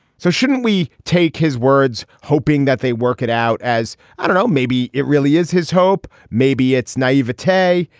so shouldn't we take his words hoping that they work it out as i don't know. maybe it really is his hope. maybe it's naive today.